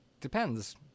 depends